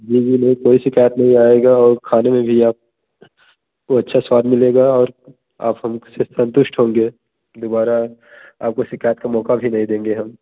जी जी नहीं कोई शिकायत नहीं आएगा और खाने में भी आप को अच्छा स्वाद मिलेगा और आप हमसे संतुष्ट होंगे दुबारा आपको शिकायत का मौका भी नहीं देंगे हम